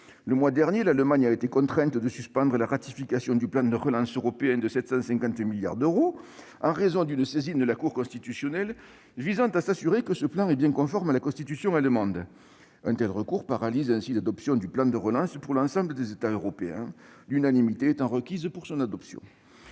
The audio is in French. Le mois dernier, l'Allemagne a été contrainte de suspendre la ratification du plan de relance européen de 750 milliards d'euros en raison d'une saisine de la Cour constitutionnelle visant à s'assurer que le plan était bien conforme à la Loi fondamentale allemande. Un tel recours paralyse ainsi l'adoption du plan de relance pour l'ensemble des États européens, l'unanimité étant requise pour son adoption.